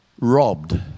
robbed